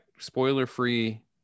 Spoiler-free